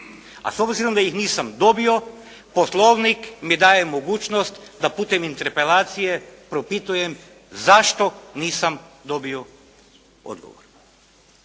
A s obzirom da ih nisam dobio Poslovnik mi daje mogućnost da putem interpelacije propitujem zašto nisam dobio odgovor.